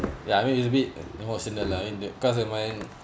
ya I mean it's a bit was in the line that cause of my